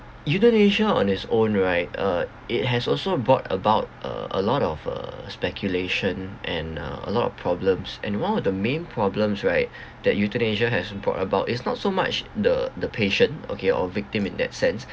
euthanasia on its own right uh it has also brought about a a lot of uh speculation and uh a lot of problems and one of the main problems right that euthanasia has brought about is not so much the the patient okay or victim in that sense